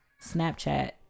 Snapchat